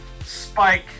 Spike